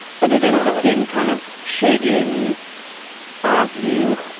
but it ends up being kind of shady in our view.